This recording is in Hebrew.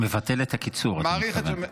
מבטל את הקיצור, אתה מתכוון.